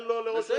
אין לראש העיר דבר,